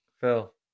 Phil